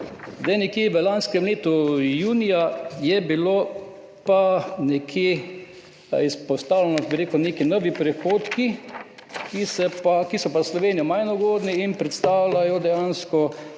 v lanskem letu, junija, so bili pa izpostavljeni neki novi prihodki, ki so za Slovenijo manj ugodni in predstavljajo dejansko